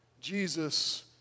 Jesus